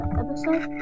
episode